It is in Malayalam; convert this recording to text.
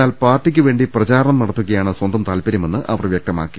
എന്നാൽ പാർട്ടിക്കുവേണ്ടി പ്രചാ രണം നടത്തുകയാണ് സ്വന്തം താൽപ്പര്യമെന്ന് അവർ വ്യക്തമാക്കി